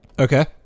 Okay